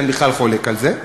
אין בכלל חולק על זה,